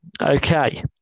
Okay